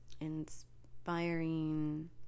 inspiring